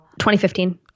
2015